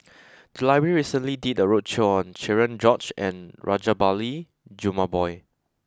the library recently did a roadshow on Cherian George and Rajabali Jumabhoy